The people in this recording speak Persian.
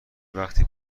وقتی